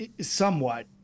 Somewhat